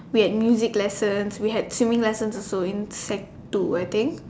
we had music lessons we had swimming lessons also in sec two I think